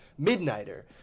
Midnighter